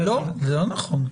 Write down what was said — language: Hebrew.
זה לא נכון.